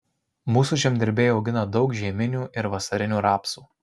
mūsų žemdirbiai augina daug žieminių ir vasarinių rapsų